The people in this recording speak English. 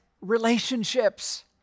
relationships